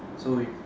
so we